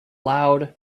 loud